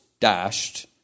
dashed